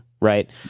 right